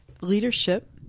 leadership